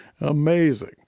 Amazing